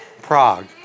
Prague